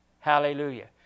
Hallelujah